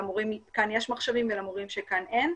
כאן למורים יש מחשבים ובשני אין.